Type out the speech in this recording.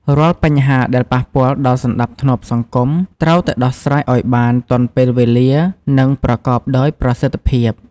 រាល់បញ្ហាដែលប៉ះពាល់ដល់សណ្តាប់ធ្នាប់សង្គម ត្រូវតែដោះស្រាយឱ្យបាន ទាន់ពេលវេលា និងប្រកបដោយប្រសិទ្ធភាព។